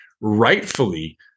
rightfully